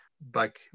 back